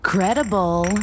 Credible